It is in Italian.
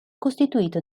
costituito